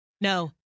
No